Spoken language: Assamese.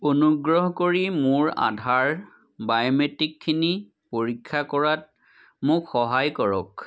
অনুগ্ৰহ কৰি মোৰ আধাৰ বায়োমেট্ৰিকখিনি পৰীক্ষা কৰাত মোক সহায় কৰক